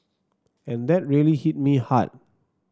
and that really hit me hard